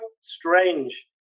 strange